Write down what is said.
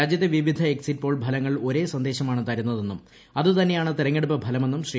രാജ്യത്തെ വിവിധ exit poll ഫലങ്ങൾ ഒരേ സന്ദേശമാണ് തരുന്നതെന്നും അത് തന്നെയാണ് തെരഞ്ഞെ ടൂപ്പ് ഫലമെന്നൂം ശ്രീ